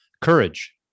courage